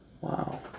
Wow